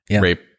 rape